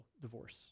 divorce